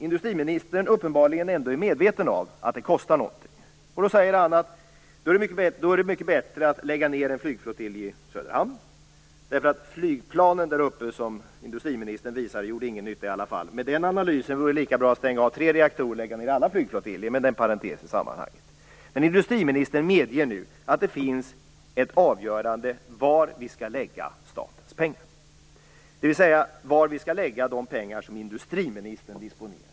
Industriministern är uppenbarligen ändå medveten om att det kostar någonting. Då är det mycket bättre att lägga ned en flygflottilj i Söderhamn, säger ministern, eftersom flygplanen där uppe inte gör någon nytta i alla fall. Med den analysen är det väl lika bra att stänga av tre reaktorer och lägga ned alla flygflottiljer, men det är en parentes i sammanhanget. Industriministern medger nu att det finns ett avgörande när det gäller var vi skall lägga statens pengar, dvs. de pengar som industriministern disponerar i dag.